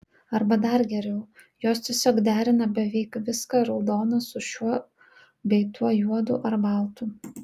arba dar geriau jos tiesiog derina beveik viską raudoną su šiuo bei tuo juodu ar baltu